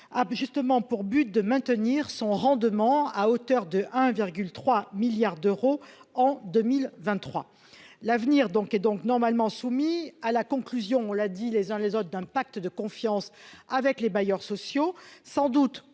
justement pour but de maintenir son rendement à hauteur de 1 virgule 3 milliards d'euros en 2023 l'avenir donc, et donc normalement soumis à la conclusion, on l'a dit, les uns les autres d'un pacte de confiance avec les bailleurs sociaux, sans doute